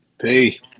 Peace